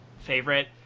favorite